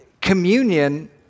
Communion